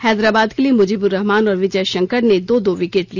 हैदराबाद के लिए मुजीबुर्रहमान और विजय शंकर ने दो दो विकेट लिए